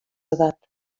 edat